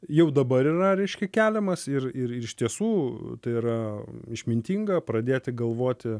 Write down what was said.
jau dabar yra reiškia keliamas ir ir ir iš tiesų tai yra išmintinga pradėti galvoti